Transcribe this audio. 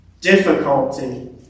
difficulty